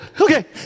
Okay